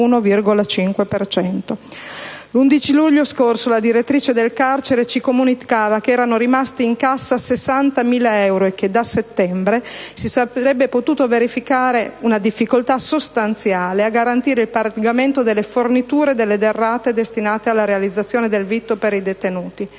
L'11 luglio scorso la direttrice del carcere ci comunicava che erano rimasti in cassa 60.000 euro e che, da settembre, si sarebbe potuta verificare una difficoltà sostanziale a garantire il pagamento della fornitura delle derrate destinate alla realizzazione del vitto per i detenuti;